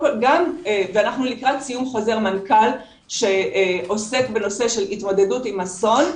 אנחנו לקראת סיום חוזר מנכ"ל שעוסק בנושא של התמודדות עם אסון,